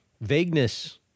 Vagueness